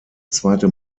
zweite